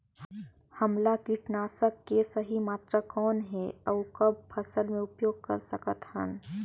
हमला कीटनाशक के सही मात्रा कौन हे अउ कब फसल मे उपयोग कर सकत हन?